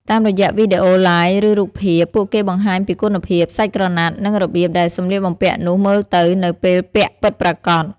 តាមរយៈវីដេអូ ឡាយ ឬរូបភាព ពួកគេបង្ហាញពីគុណភាព សាច់ក្រណាត់ និងរបៀបដែលសម្លៀកបំពាក់នោះមើលទៅនៅពេលពាក់ពិតប្រាកដ។